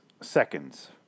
Seconds